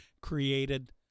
created